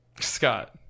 Scott